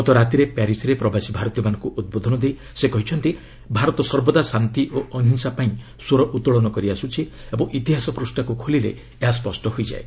ଗତ ରାତିରେ ପ୍ୟାରିସ୍ରେ ପ୍ରବାସୀ ଭାରତୀୟମାନଙ୍କୁ ଉଦ୍ବୋଧନ ଦେଇ ସେ କହିଛନ୍ତି ଭାରତ ସର୍ବଦା ଶାନ୍ତି ଓ ଅହିଂସା ପାଇଁ ସ୍ୱର ଉତ୍ତୋଳନ କରି ଆସ୍କୁଛି ଏବଂ ଇତିହାସ ପୂଷ୍ଠାକ୍ ଖୋଲିଲେ ଏହା ସ୍ୱଷ୍ଟ ହୋଇଯାଏ